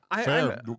fair